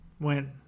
went